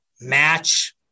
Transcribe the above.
match